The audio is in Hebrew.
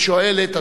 היא שואלת,